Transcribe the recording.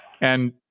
And-